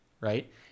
right